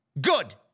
Good